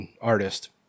artist